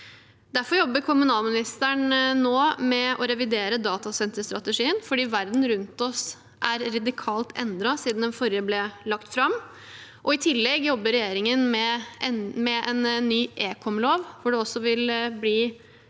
ekomsektoren. Kommunalministeren jobber nå med å revidere datasenterstrategien fordi verden rundt oss er radikalt endret siden den forrige ble lagt fram. I tillegg jobber regjeringen med en ny ekomlov, der det vil bli tatt